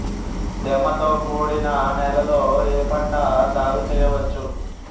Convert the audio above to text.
తేమతో కూడిన నేలలో ఏ పంట సాగు చేయచ్చు?